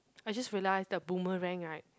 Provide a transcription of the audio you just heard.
I just realise the Boomerang right